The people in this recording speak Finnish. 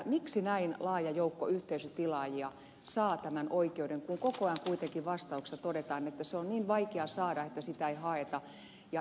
miksi näin laaja joukko yhteisötilaajia saa tämän oikeuden kun koko ajan kuitenkin vastauksissa todetaan että se on niin vaikea saada että sitä ei haeta